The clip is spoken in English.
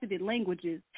languages